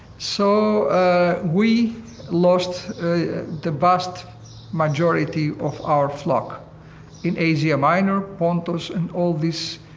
so ah we lost the vast majority of our flock in asia minor pontus and all this